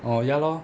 orh ya lor